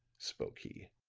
spoke he.